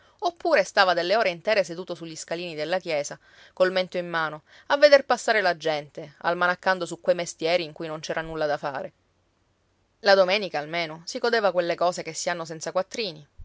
oppure stava delle ore intere seduto sugli scalini della chiesa col mento in mano a veder passare la gente almanaccando su quei mestieri in cui non ci era nulla da fare la domenica almeno si godeva quelle cose che si hanno senza quattrini